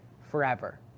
forever